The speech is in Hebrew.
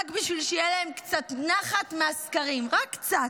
רק בשביל שיהיה להם קצת נחת מהסקרים, רק קצת.